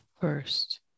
first